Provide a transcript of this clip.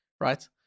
right